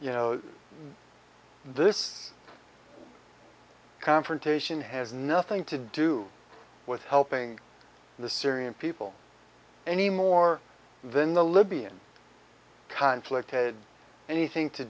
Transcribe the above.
tunnels now this confrontation has nothing to do with helping the syrian people any more than the libyan conflict had anything to